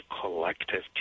collective